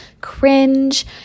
cringe